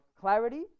clarity